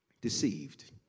Deceived